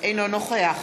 אינו נוכח